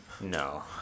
No